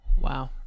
Wow